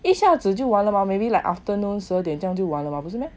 一下子就完了 mah maybe like afternoon 十二点就完了吗不是 meh